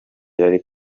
yari